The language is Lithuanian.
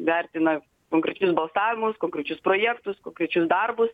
vertina konkrečius balsavimus konkrečius projektus konkrečius darbus